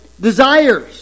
desires